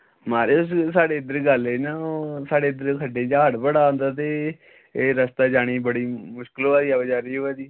म्हाराज साढ़े इद्धर गल्ल इ'यां साढ़े इद्धर खड्डें च हाड़ बड़ा आंदे ते रस्तै जाने गी बड़ी मुशकल होआ दी अवाचारी होआ दी